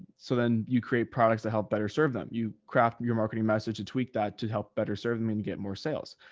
so then you create products to help better serve them. you craft your marketing message to tweak that, to help better serve them and get more sales,